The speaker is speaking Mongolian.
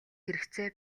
хэрэгцээ